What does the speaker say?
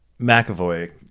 McAvoy